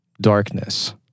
darkness